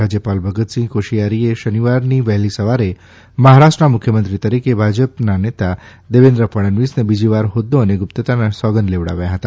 રાજ્યપાલ ભગતસિંગ કોશિયારીએ શનિવારની વહેલી સવારે મહારાષ્ટ્રના મુખ્યમંત્રી તરીકે ભાજપ નેતા દેવેન્દ્ર ફડણવીસને બીજી વાર હોદ્દા અને ગુપ્તતાના સોગંદ લેવડાવ્યા હતા